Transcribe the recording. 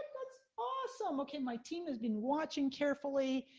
that's awesome! okay my team has been watching carefully,